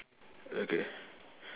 okay